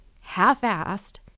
half-assed